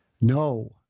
No